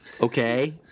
okay